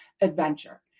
adventure